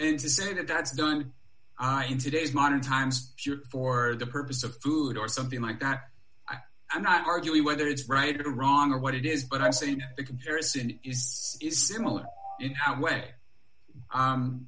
so to say that that's done in today's modern times for the purpose of food or something like that i'm not arguing whether it's right or wrong or what it is but i'm saying the comparison is similar in how way